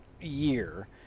year